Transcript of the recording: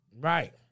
Right